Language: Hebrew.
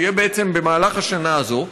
שיהיה בעצם במהלך השנה הזאת,